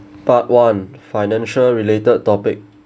part one financial related topic